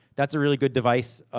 that's a really good device.